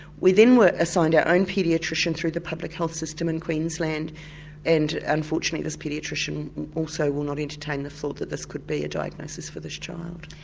we then were assigned our own paediatrician through the public health system in queensland and unfortunately this paediatrician also would not entertain the thought that this could be a diagnosis for this child.